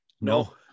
No